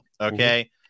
Okay